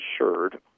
insured